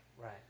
Right